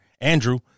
Andrew